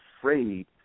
afraid